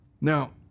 Now